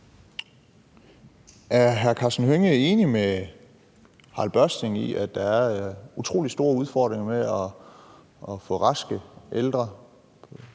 Er hr. Karsten Hønge enig med Harald Børsting i, at der er utrolig store udfordringer med at få raske ældre